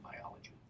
biology